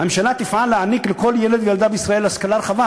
"הממשלה תפעל להעניק לכל ילד וילדה בישראל השכלה רחבה